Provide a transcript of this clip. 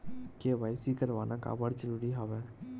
KYC करवाना काबर जरूरी हवय?